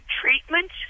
Treatment